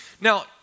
Now